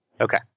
Okay